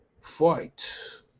Fight